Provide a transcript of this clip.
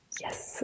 Yes